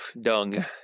dung